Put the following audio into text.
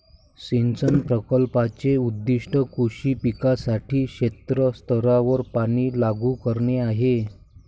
सिंचन प्रकल्पाचे उद्दीष्ट कृषी पिकांसाठी क्षेत्र स्तरावर पाणी लागू करणे आहे